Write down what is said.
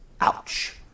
Ouch